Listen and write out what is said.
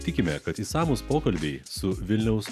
tikime kad išsamūs pokalbiai su vilniaus